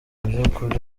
by’ukuri